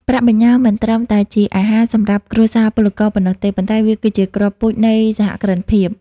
ប្រាក់បញ្ញើមិនត្រឹមតែជា "អាហារ" សម្រាប់គ្រួសារពលករប៉ុណ្ណោះទេ ប៉ុន្តែវាគឺជា "គ្រាប់ពូជ" នៃសហគ្រិនភាព។